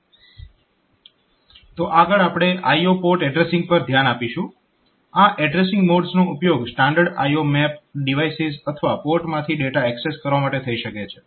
તો આગળ આપણે IO પોર્ટ એડ્રેસીંગ પર ધ્યાન આપીશું આ એડ્રેસીંગ મોડ્સનો ઉપયોગ સ્ટાન્ડર્ડ IO મેપ ડિવાઇસીસ અથવા પોર્ટમાંથી ડેટા એક્સેસ કરવા માટે થઈ શકે છે